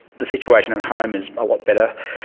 the situation at home is a lot better.